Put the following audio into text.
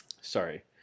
sorry